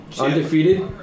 undefeated